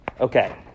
Okay